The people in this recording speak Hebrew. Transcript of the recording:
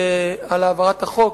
על העברת החוק.